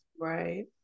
Right